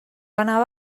anava